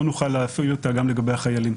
נוכל להפעיל אותה גם לגבי החיילים.